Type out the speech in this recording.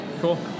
Cool